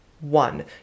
One